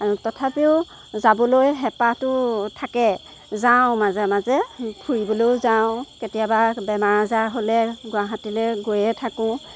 তথাপিও যাবলৈ হেপাহটো থাকে যাওঁ মাজে মাজে ফুৰিবলও যাওঁ কেতিয়াবা বেমাৰ আজাৰ হ'লে গুৱাহাটিলৈ গৈয়ে থাকো